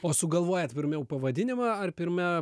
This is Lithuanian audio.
o sugalvojat pirmiau pavadinimą ar pirma